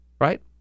Right